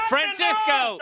Francisco